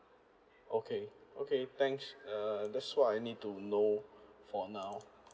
okay okay thanks uh that's all I need to know for now